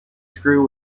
screw